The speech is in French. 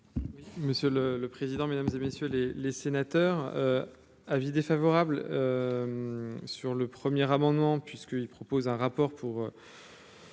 Monsieur le le président, mesdames et messieurs les les sénateurs avis défavorable sur le premier amendement puisqu'il propose un rapport pour.